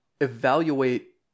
evaluate